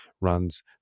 runs